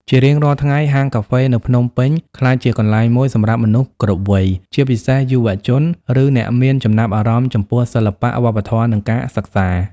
ជារៀងរាល់ថ្ងៃហាងកាហ្វេនៅភ្នំពេញក្លាយជាកន្លែងមួយសម្រាប់មនុស្សគ្រប់វ័យ ជាពិសេសយុវជន ឬអ្នកមានចំណាប់អារម្មណ៍ចំពោះសិល្បៈ វប្បធម៌ និងការសិក្សា។